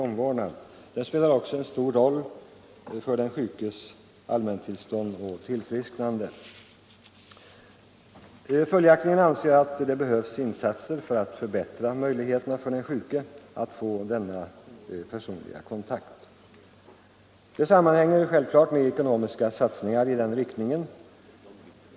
och spelar en stor roll för den sjukes allmäntillstånd och tillfrisknande. Följaktligen anser jag att det behövs insatser för att öka möjligheterna till denna personliga kontakt för den sjuke. Detta sammanhänger självklart med ekonomiska satsningar i det syftet.